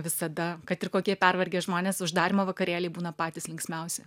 visada kad ir kokie pervargę žmonės uždarymo vakarėliai būna patys linksmiausi